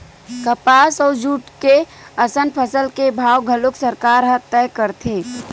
कपसा अउ जूट असन फसल के भाव घलोक सरकार ह तय करथे